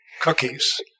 cookies